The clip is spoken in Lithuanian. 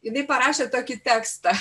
jinai parašė tokį tekstą